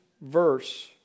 verse